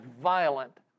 violent